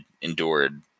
endured